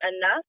enough